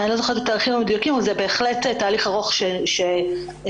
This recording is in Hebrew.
התאריכים המדויקים אבל זה בהחלט תהליך ארוך של בחינה,